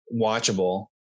watchable